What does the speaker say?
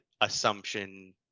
assumption